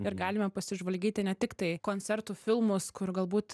ir galime pasižvalgyti ne tiktai koncertų filmus kur galbūt